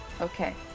Okay